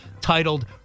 titled